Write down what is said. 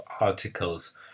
articles